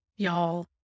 Y'all